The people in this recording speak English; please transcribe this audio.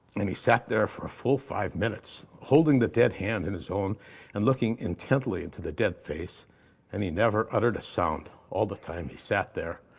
and he sat there for a full five minutes, holding the dead hand in his own and looking intently into the dead face and he never uttered a sound. all the time he sat there.